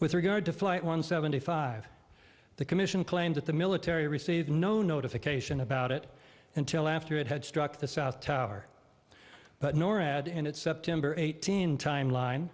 with regard to flight one seventy five the commission claimed that the military received no notification about it until after it had struck the south tower but norad and its september eighteenth timeline